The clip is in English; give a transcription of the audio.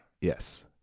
Yes